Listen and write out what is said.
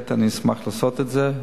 בהחלט אני אשמח לעשות את זה,